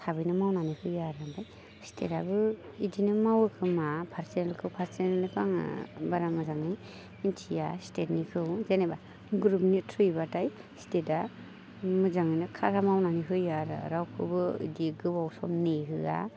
थाबैनो मावनानै होयो आरो ओमफ्राय स्टेटआबो बिदिनो मावोखोमा फार्सनेलनिखौ फार्सनेलनिखौ आङो बारा मोजाङै मिथिया स्टेटनिखौ जेनेबा ग्रुपनि थ्रुयैबाथाय स्टेटआ मोजाङैनो खारा मावनानै होयो आरो रावखौबो इदि गोबाव सम नेहोआ